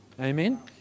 Amen